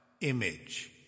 image